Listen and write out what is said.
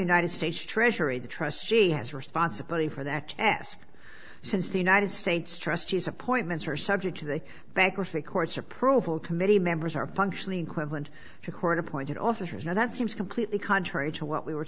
united states treasury the trust she has responsibility for that task since the united states trustees appointments are subject to the bankruptcy courts approval committee members are functionally equivalent to a court appointed officers now that seems completely contrary to what we were